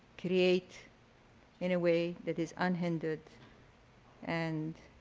create in a way that is unhindered and